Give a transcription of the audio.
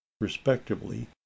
respectively